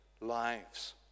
lives